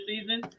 season